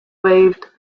waived